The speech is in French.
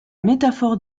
métaphore